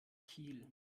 kiel